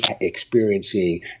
experiencing